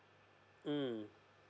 mm